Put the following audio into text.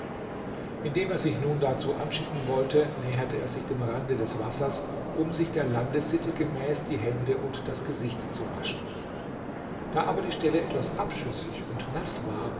indem er sich nun dazu anschicken wollte näherte er sich dem rande des wassers um sich der landessitte gemäß die hände und das gesicht zu waschen da aber die stelle etwas abschüssig und naß war